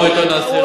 תאמר מה שאתה רוצה.